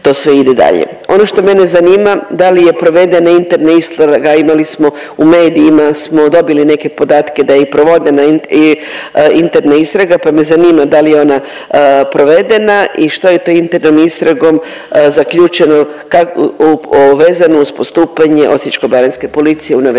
Ono što mene zanima da li je provedena interna istraga, imali smo, u medijima smo dobili neke podatke da je i provodena interna istraga, pa me zanima da li je ona provedena i što je to internom istragom zaključeno vezano uz postupanje Osječko-baranjske policije u navedenom